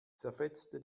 zerfetzte